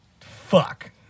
Fuck